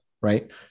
right